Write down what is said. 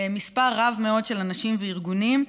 מספר רב מאוד של אנשים וארגונים.